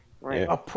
right